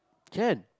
can